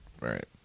Right